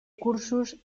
cursos